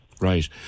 Right